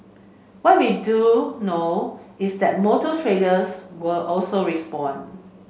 what we do know is that motor traders will also respond